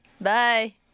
Bye